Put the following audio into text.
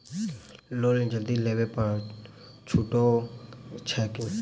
Loan जल्दी देबै पर छुटो छैक की?